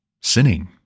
sinning